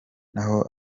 naho